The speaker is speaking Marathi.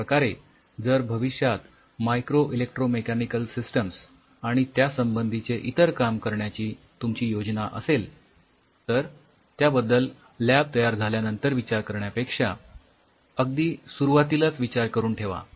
अश्याप्रकारे जर भविष्यात मायक्रो इलेक्ट्रो मेकॅनिकल सिस्टिम्स आणि त्यासंबंधीचे इतर काम करण्याची तुमची योजना असेल तर त्याबद्दल लॅब तयार झाल्यांनतर विचार करण्यापेक्षा अगदी सुरुवातीलाच विचार करून ठेवा